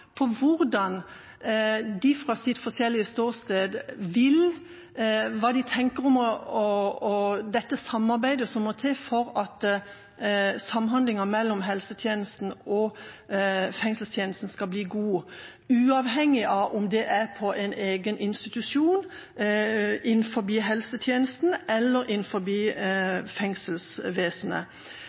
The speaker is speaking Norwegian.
de fra sine forskjellige ståsteder tenker om det samarbeidet som må til for at samhandlinga mellom helsetjenesten og fengselstjenesten skal bli god, uavhengig av om det er på en egen institusjon, innenfor helsetjenesten eller innenfor fengselsvesenet.